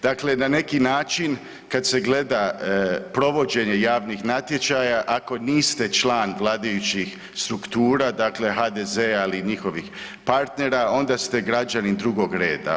Dakle, na neki način kad se gleda provođenje javnih natječaja, ako niste član vladajućih struktura, dakle HDZ-a ili njihovih partnera, onda se građanin drugog reda.